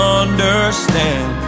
understand